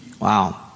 Wow